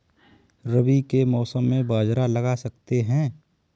रवि के मौसम में बाजरा लगा सकते हैं?